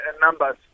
numbers